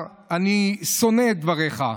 אני שונא את דבריך,